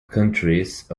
countries